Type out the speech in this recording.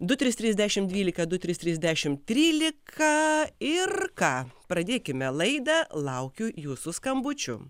du trys trys dešim dvylika du trys trys dešim trylika ir ką pradėkime laidą laukiu jūsų skambučių